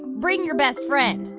bring your best friend,